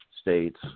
states